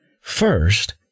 first